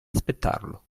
aspettarlo